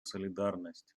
солидарность